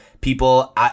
people